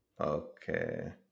Okay